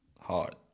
hard